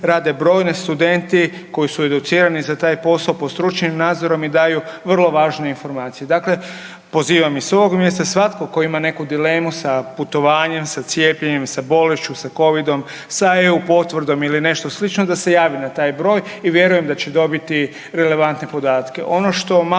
rade broji studenti koji su educirani za taj posao pod stručnim nadzorom i daju vrlo važne informacije. Dakle, pozivam i s ovog mjesta svatko tko ima neku dilemu sa putovanjem, sa cijepljenjem, sa bolešću, sa Covidom, sa EU potvrdom da se javi na taj broj i vjerujem da će dobiti relevantne podatke.